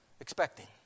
expecting